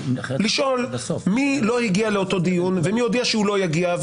לשאול מי לא הגיע לאותו דיון ומי הודיע שהוא לא יגיע,